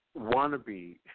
wannabe